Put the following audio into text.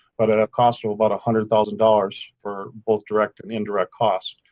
but at a cost of about a hundred thousand dollars for both direct and indirect cost.